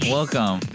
welcome